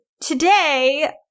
today